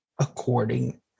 according